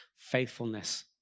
faithfulness